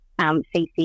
CC